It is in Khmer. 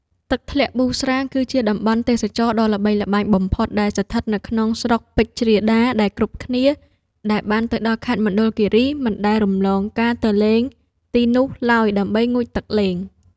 ទឹកធ្លាក់ប៊ូស្រា គឺជាតំបន់ទេសចរណ៍ដ៏ល្បីល្បាញបំផុតដែលស្ថិតនៅក្នុងស្រុកពេជ្រដា ដែលគ្រប់គ្នាដែលបានទៅដល់ខេត្តមណ្ឌលគីរីមិនដែលរំលងការទៅលេងទីនោះឡើយដើម្បីងូតទឹកលេង។